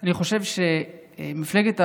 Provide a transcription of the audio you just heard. אני חושב שמפלגת העבודה,